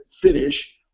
finish